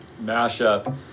mashup